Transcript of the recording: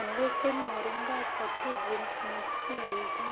Anveshan moringa sattu drinks mix ego